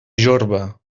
jorba